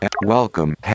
welcome